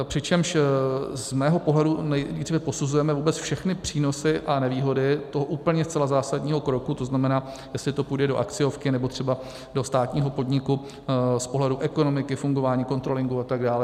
Přičemž z mého pohledu nejdříve posuzujeme vůbec všechny přínosy a nevýhody toho úplně zcela zásadního kroku, to znamená, jestli to půjde do akciovky, nebo třeba do státního podniku z pohledu ekonomiky, fungování kontrolingu a tak dále.